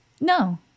No